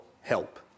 help